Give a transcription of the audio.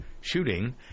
shooting